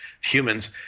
humans